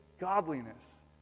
godliness